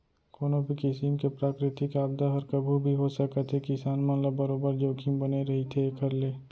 कोनो भी किसिम के प्राकृतिक आपदा हर कभू भी हो सकत हे किसान मन ल बरोबर जोखिम बने रहिथे एखर ले